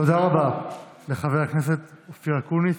תודה רבה לחבר הכנסת אופיר אקוניס.